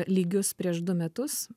lygius prieš du metus